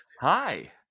Hi